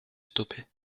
stoppé